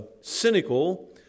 cynical